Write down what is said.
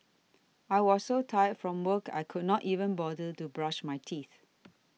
I was so tired from work I could not even bother to brush my teeth